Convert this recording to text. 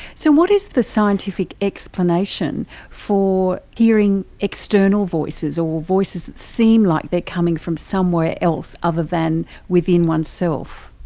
so what is the scientific explanation for hearing external voices or voices that seem like they are coming from somewhere else other than within oneself?